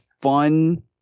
fun